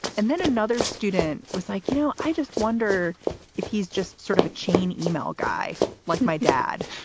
and then another student was like, you know, i just wonder if he's just sort of a chain email guy like my dad.